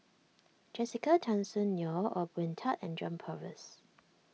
Jessica Tan Soon Neo Ong Boon Tat and John Purvis